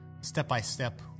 step-by-step